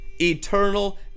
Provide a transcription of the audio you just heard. eternal